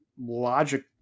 logic